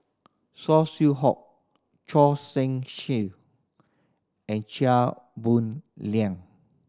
Saw Swee Hock Choor Singh and Chia Boon Leong